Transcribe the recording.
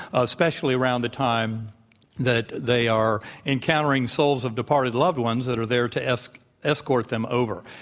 especially around the time that they are encountering souls of departed loved ones that are there to escort escort them over.